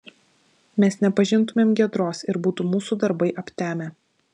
mes nepažintumėm giedros ir būtų mūsų darbai aptemę